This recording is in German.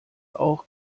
auch